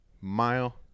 mile